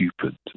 stupid